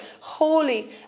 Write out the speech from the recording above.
holy